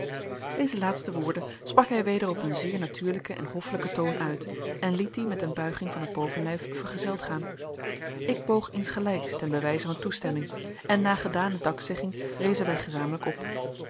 deze laatste woorden sprak hij weder op een zeer natuurlijken en hoffelijken toon uit en liet die met een buiging van het bovenlijf vergezeld gaan ik boog insgelijks ten bewijze van toestemming en na gedane dankzegging rezen wij gezamenlijk op